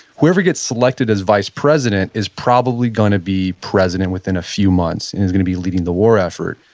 whoever gets selected as vice president is probably going to be president within a few months, and is going to be leading the war effort.